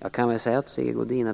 När